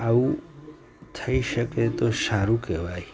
આવું થઈ શકે તો સારું કહેવાય